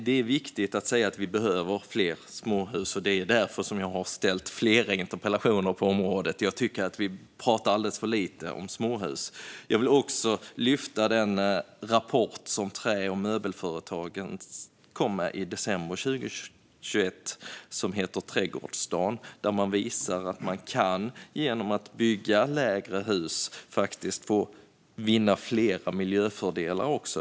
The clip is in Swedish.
Det är viktigt att säga att vi behöver fler småhus, och det är därför som jag har ställt flera interpellationer på området. Jag tycker att vi pratar alldeles för lite om småhus. Jag vill även lyfta fram den rapport som kom från Trä och Möbelföretagen i december 2021 och som heter Trädgårdsstaden . Där framgår att man genom att bygga lägre hus faktiskt kan vinna fler miljöfördelar också.